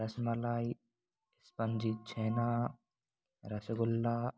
rasmalai spongy chhena rasgulla